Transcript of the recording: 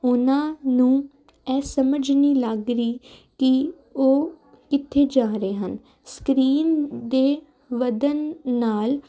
ਉਹਨਾਂ ਨੂੰ ਇਹ ਸਮਝ ਨਹੀਂ ਲੱਗ ਰਹੀ ਕਿ ਉਹ ਕਿੱਥੇ ਜਾ ਰਹੇ ਹਨ ਸਕਰੀਨ ਦੇ ਵਧਣ ਨਾਲ